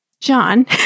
John